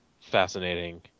Fascinating